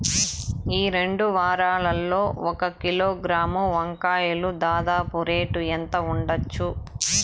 ఈ రెండు వారాల్లో ఒక కిలోగ్రాము వంకాయలు దాదాపు రేటు ఎంత ఉండచ్చు?